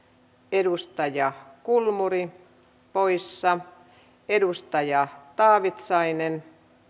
edustaja kulmuni poissa edustaja taavitsainen